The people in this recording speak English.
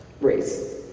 race